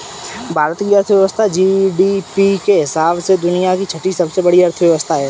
भारत की अर्थव्यवस्था जी.डी.पी के हिसाब से दुनिया की छठी सबसे बड़ी अर्थव्यवस्था है